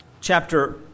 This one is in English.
chapter